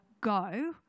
go